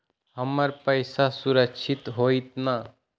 हमर पईसा सुरक्षित होतई न?